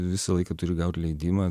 visą laiką turi gaut leidimą